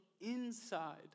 inside